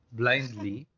blindly